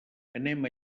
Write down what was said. anem